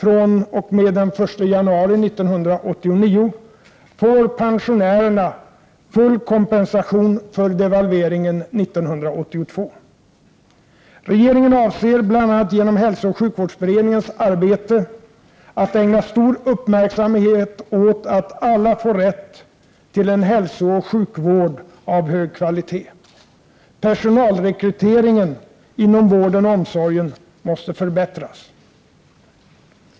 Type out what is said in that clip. Regeringen avser, bl.a. genom hälsooch sjukvårdsberedningens arbete, att ägna stor uppmärksamhet åt att alla får rätt till en hälsooch sjukvård av hög kvalitet. Personalrekryteringen inom vården och omsorgen måste förbättras.